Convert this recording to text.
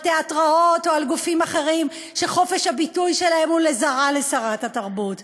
תיאטראות או על גופים אחרים שחופש הביטוי שלהם הוא לזרא לשרת התרבות.